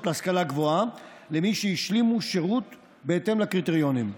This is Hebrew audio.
להשכלה גבוהה למי שהשלימו שירות בהתאם לקריטריונים.